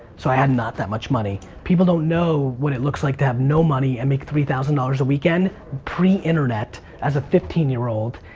so i had not that much money. people don't know what it looks like to have no money and make three thousand dollars a weekend, pre-internet, as a fifteen year old,